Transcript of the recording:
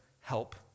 help